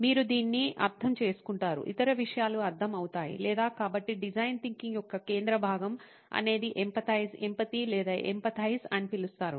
మీరు దీన్ని అర్థం చేసుకుంటారు ఇతర విషయాలు అర్థం అవుతాయి లేదా కాబట్టి డిజైన్ థింకింగ్ యొక్క కేంద్ర భాగం అనేది ఎంపథైస్ ఎంపతి లేదా ఎంపథైస్అని పిలుస్తారు